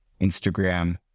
Instagram